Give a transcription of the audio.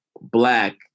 Black